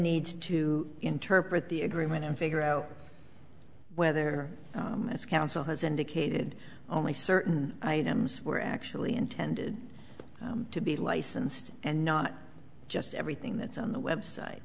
needs to interpret the agreement and figure out whether this council has indicated only certain items were actually intended to be licensed and not just everything that's on the website